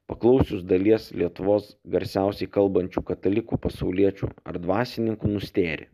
paklausius dalies lietuvos garsiausiai kalbančių katalikų pasauliečių ar dvasininkų nustėri